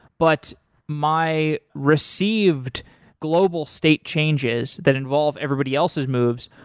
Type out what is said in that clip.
but my received global state changes that involve everybody else's moves,